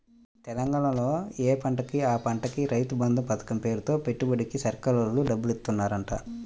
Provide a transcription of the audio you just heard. తెలంగాణాలో యే పంటకి ఆ పంటకి రైతు బంధు పతకం పేరుతో పెట్టుబడికి సర్కారోల్లే డబ్బులిత్తన్నారంట